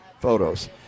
photos